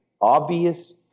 obvious